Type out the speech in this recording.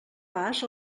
vas